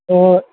ꯍꯣꯏ ꯍꯣꯏ ꯍꯣꯏ